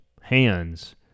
hands